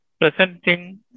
presenting